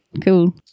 Cool